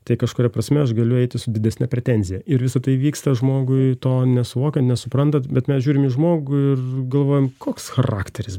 tai kažkuria prasme aš galiu eiti su didesne pretenzija ir visa tai vyksta žmogui to nesuvokiant nesuprantat bet mes žiūrim į žmogų ir galvojam koks charakteris